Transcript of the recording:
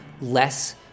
less